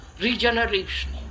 regeneration